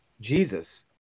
Jesus